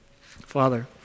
Father